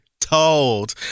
told